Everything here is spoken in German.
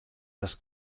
das